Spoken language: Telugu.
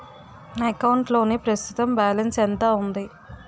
నా అకౌంట్ లోని ప్రస్తుతం బాలన్స్ ఎంత ఉంది?